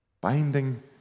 binding